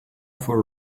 for